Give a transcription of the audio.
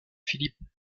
philippe